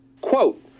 Quote